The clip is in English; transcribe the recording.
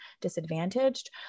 disadvantaged